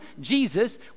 Jesus